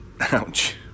Ouch